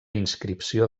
inscripció